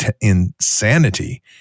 insanity